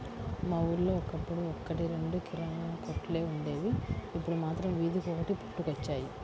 మా ఊళ్ళో ఒకప్పుడు ఒక్కటి రెండు కిరాణా కొట్లే వుండేవి, ఇప్పుడు మాత్రం వీధికొకటి పుట్టుకొచ్చాయి